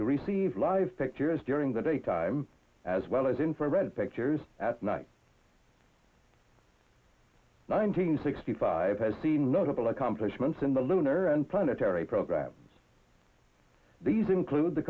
to receive live pictures during the daytime as well as infrared pictures at night nine hundred sixty five has the notable accomplishments in the lunar and planetary programs these include the